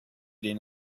denen